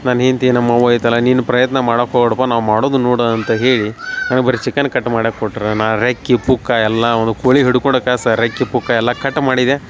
ನನ್ನ ಹೆಂಡತಿ ನಮ್ಮವ್ವ ಐತಲ್ಲ ನೀನು ಪ್ರಯತ್ನ ಮಾಡಾಕೆ ಹೋಗ್ಬೇಡಪ ನಾವು ಮಾಡೋದ ನೋಡಿ ಅಂತ ಹೇಳಿ ನನಗೆ ಬರೆ ಚಿಕನ್ ಕಟ್ ಮಾಡಾಕೆ ಕೊಟ್ರಾ ನಾ ರೆಕ್ಕೆ ಪುಕ್ಕ ಎಲ್ಲಾ ಒಂದು ಕೋಳಿ ಹಿಡ್ಕೊಡಕ ಸ ರೆಕ್ಕೆ ಪುಕ್ಕ ಎಲ್ಲ ಕಟ್ ಮಾಡಿದೆ